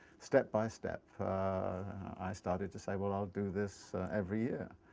step by step i started to say well, i'll do this every year.